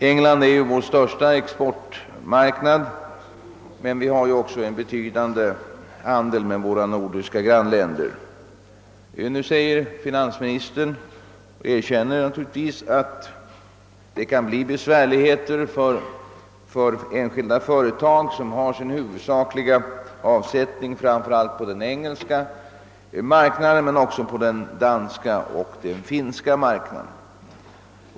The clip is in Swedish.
England är vår största exportmarknad, men vi har också en betydande handel med våra nordiska grannländer. Nu erkänner finansministern, att det kan bli besvärligheter för enskilda företag, som har sin huvudsakliga avsättning framför allt på den engelska marknaden men även på de danska och finska marknaderna.